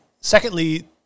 secondly